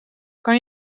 kan